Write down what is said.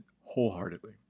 wholeheartedly